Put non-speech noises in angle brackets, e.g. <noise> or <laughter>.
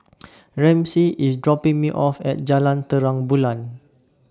<noise> Ramsey IS dropping Me off At Jalan Terang Bulan